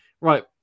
Right